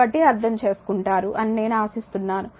కాబట్టి అర్థం చేసుకుంటారు అని నేను ఆశిస్తున్నాను